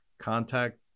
contact